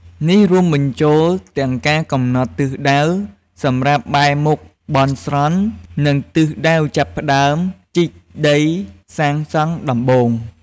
នេះរួមបញ្ចូលទាំងការកំណត់ ទិសដៅ សម្រាប់បែរមុខបន់ស្រន់ និងទិសដៅចាប់ផ្តើមជីកដីសាងសង់ដំបូង។